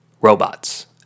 robots